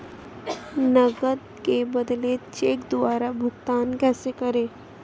नकद के बदले चेक द्वारा भुगतान कैसे करें?